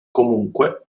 comunque